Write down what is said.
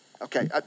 Okay